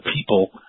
people